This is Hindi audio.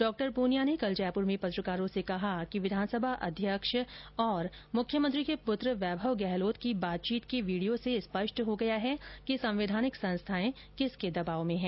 डॉ पूनिया ने कल जयपूर में पत्रकारों से कहा कि विधानसभा अध्यक्ष और मुख्यमंत्री के पुत्र वैभव गहलोत की बातचीत के वीडियो से स्पष्ट हो गया कि संवैधानिक संस्थाए किसके दबाव में हैं